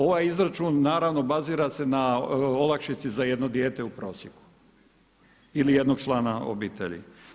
Ovaj izračun naravno, bazira se na olakšici za jedno dijete u prosjeku ili jednog člana obitelji.